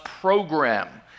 program